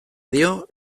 dio